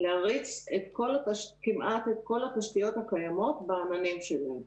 להריץ כמעט את כל התשתיות הקיימות בעננים שלהן.